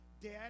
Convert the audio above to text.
dad